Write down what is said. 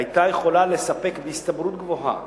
היתה יכולה לספק בהסתברות גבוהה